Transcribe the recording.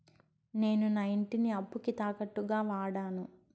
నేను నా ఇంటిని అప్పుకి తాకట్టుగా వాడాను